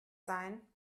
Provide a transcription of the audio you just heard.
sein